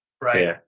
Right